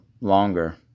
longer